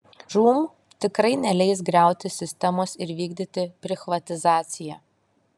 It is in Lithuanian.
žūm tikrai neleis griauti sistemos ir vykdyti prichvatizaciją